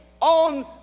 on